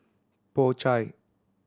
Po Chai